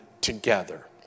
together